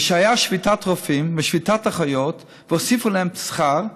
כשהייתה שביתת רופאים ושביתת אחיות והוסיפו להם שכר,